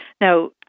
Now